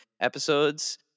episodes